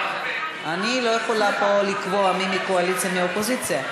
אני לא יכולה פה לקבוע מי מהקואליציה ומי מהאופוזיציה.